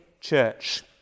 church